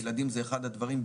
הילדים זה אחד הדברים,